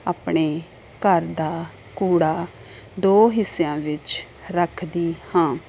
ਆਪਣੇ ਘਰ ਦਾ ਕੂੜਾ ਦੋ ਹਿੱਸਿਆਂ ਵਿੱਚ ਰੱਖਦੀ ਹਾਂ